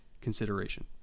consideration